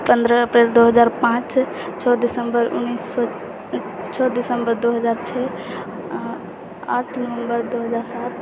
पन्द्रह अप्रिल दू हजार पाँच छओ दिसम्बर उन्नैस सए छओ दिसम्बर दू हजार छओ आठ नवम्बर दू हजार सात